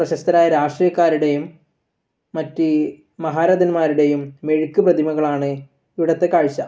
പ്രശസ്തരായ രാഷ്ട്രീയക്കാരുടെയും മറ്റ് മഹാരഥന്മാരുടെയും മെഴുക്ക് പ്രതിമകളാണ് ഇവിടുത്തെ കാഴ്ച